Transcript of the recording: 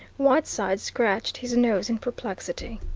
whiteside scratched his nose in perplexity.